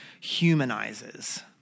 humanizes